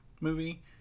movie